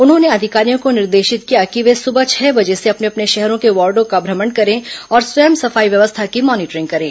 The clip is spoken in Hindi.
उन्होंने अधिकारियों को निर्देशित किया कि वे सुबह छह बजे से अपने अपने शहरों के वार्डों का भ्रमण करें और स्वयं सफाई व्यवस्था की मॉनिटरिंग करें